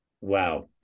Wow